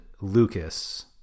Lucas